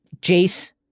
Jace